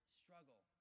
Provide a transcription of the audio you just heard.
struggle